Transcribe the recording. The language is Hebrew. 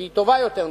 שהיא טובה יותר מאתנו.